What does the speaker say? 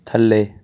ਥੱਲੇ